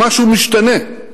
שמשהו משתנה.